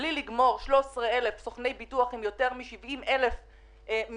מבלי לגמור 13,000 סוכני ביטוח עם יותר מ-70,000 משפחות,